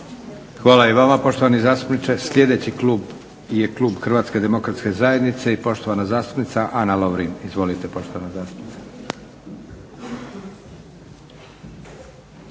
Hvala i vama poštovani zastupniče. Sljedeći klub je kluba HDZ-a i poštovana zastupnica Ana Lovrin. Izvolite poštovana zastupnice.